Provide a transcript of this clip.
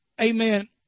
amen